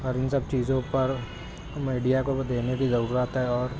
اور ان سب چیزوں پر میڈیا کو وہ دینے کی ضرورت ہے اور